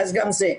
גם זה.